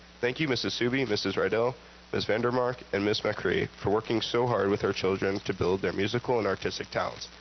thank you, mrs. sooby, mrs. ridell, miss vandermark, and miss mccree for working so hard with our children to build their musical and artistic talents.